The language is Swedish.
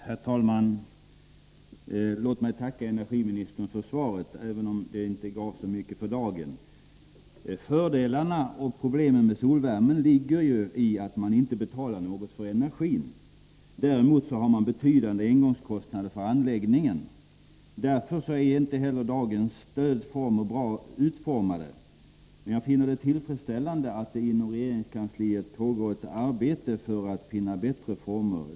Herr talman! Låt mig tacka energiministern för svaret, även om det inte gav så mycket för dagen. Fördelarna och problemen med solvärme ligger ju i att man inte betalar något för energin men däremot har betydande engångskostnader för anläggningen. Därför är inte dagens stödformer bra utformade, men jag finner det tillfredsställande att det inom regeringskansliet pågår ett arbete för att finna bättre former.